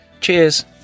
Cheers